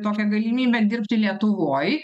tokią galimybę dirbti lietuvoj